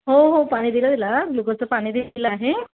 हो हो पाणी दिलं तिला ग्लुकोजचं पाणी दिलं आहे